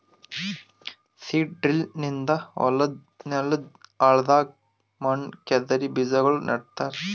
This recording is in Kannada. ಸೀಡ್ ಡ್ರಿಲ್ ನಿಂದ ಹೊಲದ್ ನೆಲದ್ ಆಳದಾಗ್ ಮಣ್ಣ ಕೆದರಿ ಬೀಜಾಗೋಳ ನೆಡ್ತಾರ